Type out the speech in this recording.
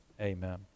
Amen